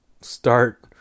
Start